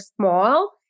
small